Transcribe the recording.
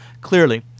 Clearly